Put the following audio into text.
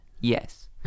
Yes